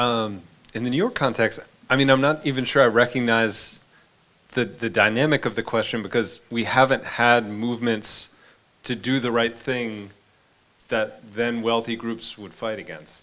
in the new york context i mean i'm not even sure i recognize the dynamic of the question because we haven't had movements to do the right thing that then wealthy groups would fight against